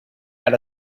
had